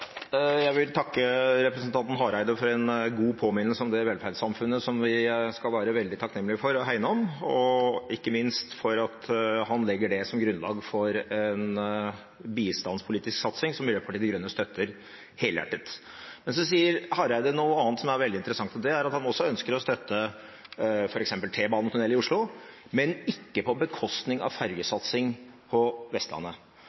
Jeg vil takke representanten Hareide for en god påminnelse om det velferdssamfunnet som vi skal være veldig takknemlige for og hegne om, og ikke minst for at han legger det som grunnlag for en bistandspolitisk satsing som Miljøpartiet De Grønne støtter helhjertet. Men så sier Hareide noe annet som er veldig interessant, og det er at han også ønsker å støtte f.eks. T-banetunnel i Oslo, men ikke på bekostning av fergesatsing på Vestlandet.